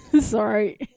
Sorry